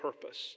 purpose